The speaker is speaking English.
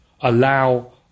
allow